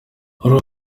uru